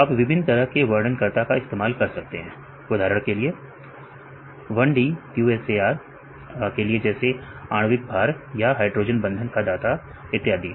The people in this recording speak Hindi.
तो आप विभिन्न तरह के वर्णनकरता का इस्तेमाल कर सकते हैं उदाहरण के तौर पर 1d QSAR के लिए जैसे आणविक भार या हाइड्रोजन बंधन का दाता इत्यादि